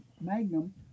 Magnum